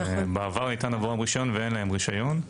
שבעבר ניתן עבורם רשיון ואין להם רשיון.